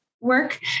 work